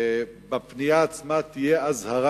בפנייה עצמה תהיה אזהרה